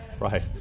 Right